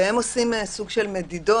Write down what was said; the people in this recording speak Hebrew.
והם עושים סוג של מדידות,